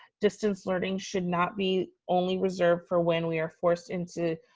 distance learning should not be only reserved for when we are forced into